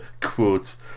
quotes